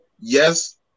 Yes